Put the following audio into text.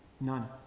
None